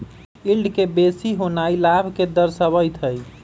yield के बेशी होनाइ लाभ के दरश्बइत हइ